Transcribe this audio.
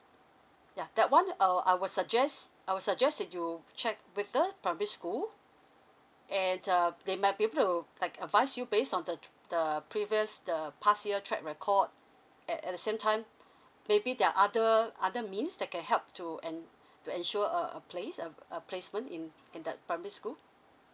yeah that one uh I will suggest I will suggest that you check with the primary school and um they might be able to like advise you based on the tr~ the previous the past year track record at at the same time maybe there are other other means that can help to en~ to ensure a a place uh a placement in in that primary school